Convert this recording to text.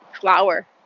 flower